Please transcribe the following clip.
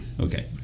Okay